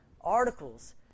articles